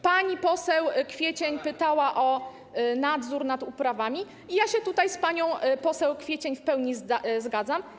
Pani poseł Kwiecień pytała o nadzór nad uprawami i ja się tutaj z panią poseł Kwiecień w pełni zgadzam.